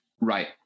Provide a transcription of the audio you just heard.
Right